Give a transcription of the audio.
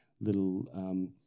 little